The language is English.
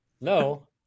no